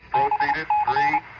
i